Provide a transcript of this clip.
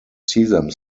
sesame